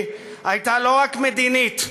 הייתה לא רק מדינית,